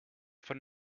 van